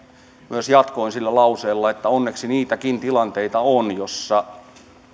myös jatkoin sillä lauseella että onneksi niitäkin tilanteita on joissa